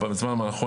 בזמן המקום,